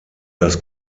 das